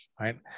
right